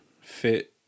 fit